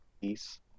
peace